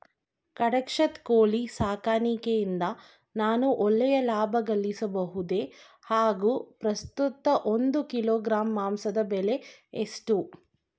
ಕಡಕ್ನಾತ್ ಕೋಳಿ ಸಾಕಾಣಿಕೆಯಿಂದ ನಾನು ಒಳ್ಳೆಯ ಲಾಭಗಳಿಸಬಹುದೇ ಹಾಗು ಪ್ರಸ್ತುತ ಒಂದು ಕಿಲೋಗ್ರಾಂ ಮಾಂಸದ ಬೆಲೆ ಎಷ್ಟು?